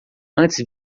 antes